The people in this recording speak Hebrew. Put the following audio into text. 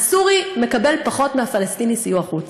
והסורי מקבל פחות מהפלסטיני סיוע חוץ.